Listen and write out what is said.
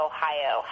Ohio